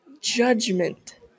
judgment